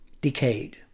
decayed